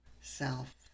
self